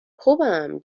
خوبم